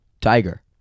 Tiger